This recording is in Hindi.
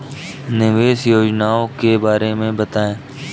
निवेश योजनाओं के बारे में बताएँ?